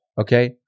Okay